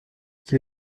qu’il